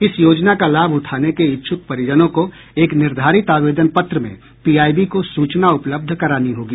इस योजना का लाभ उठाने के इच्छुक परिजनों को एक निर्धारित आवेदन पत्र में पीआईबी को सूचना उपलब्ध करानी होगी